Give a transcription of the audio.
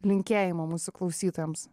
linkėjimą mūsų klausytojams